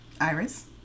Iris